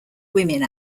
women